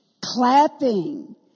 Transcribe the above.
clapping